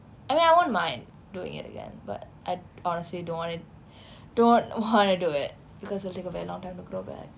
I mean I wouldn't mind doing it again but at honestly don't want it don't wanna do it because it will take a very long time to grow back